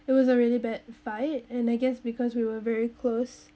it was a really bad fight and I guess because we were very close